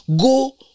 go